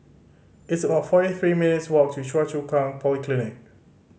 it's about forty three minutes' walk to Choa Chu Kang Polyclinic